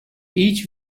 each